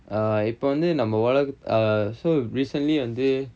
err இப்ப வந்து நம்ம ஒலகத்~:ippa vanthu namma olakath~ err so recently வந்து:vanthu